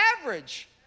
average